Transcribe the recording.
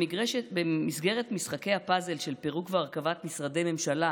במסגרת משחקי הפאזל של פירוק והרכבת משרדי ממשלה,